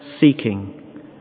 seeking